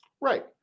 Right